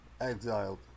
exiled